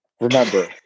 Remember